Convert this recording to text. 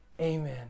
Amen